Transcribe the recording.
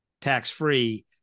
tax-free